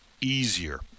easier